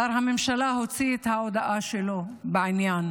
שר בממשלה הוציא את ההודעה שלו בעניין,